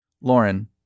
Lauren